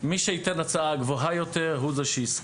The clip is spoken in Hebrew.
- מי שייתן הצעה גבוהה יותר הוא זה שיזכה.